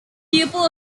pupil